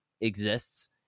exists